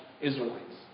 Israelites